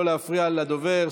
לא להפריע לדובר.